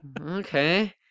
okay